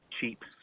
cheap